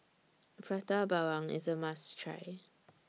Prata Bawang IS A must Try